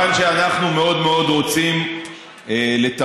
כיוון שאנחנו מאוד מאוד רוצים לטפל,